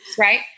right